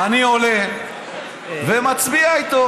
אני עולה ומצביע איתו.